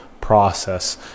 process